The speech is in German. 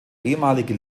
ehemalige